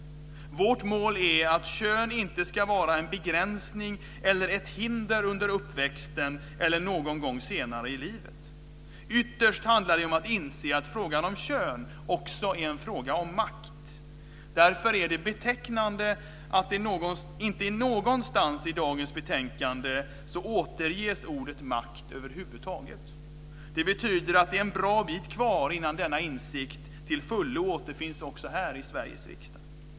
Vårt mål är att kön inte ska vara en begränsning eller ett hinder under uppväxten, eller någon gång senare i livet. Ytterst handlar det om att inse att frågan om kön också är en fråga om makt. Därför är det betecknande att ordet makt över huvud taget inte återges någonstans i dagens betänkande. Det betyder att det är en bra bit kvar innan denna insikt till fullo återfinns också här i Sveriges riksdag.